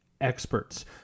experts